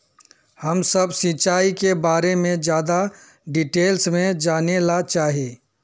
हम सब सिंचाई के बारे में ज्यादा डिटेल्स में जाने ला चाहे?